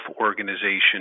organization